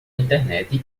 internet